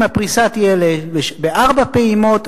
אם הפריסה תהיה בארבע פעימות,